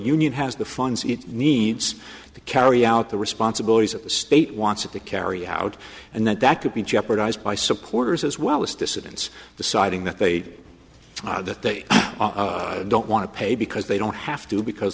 union has the funds it needs to carry out the responsibilities of the state wants it to carry out and that that could be jeopardized by supporters as well as dissidents deciding that they'd that they don't want to pay because they don't have to because